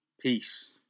Peace